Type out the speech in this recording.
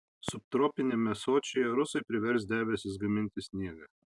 subtropiniame sočyje rusai privers debesis gaminti sniegą